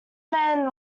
men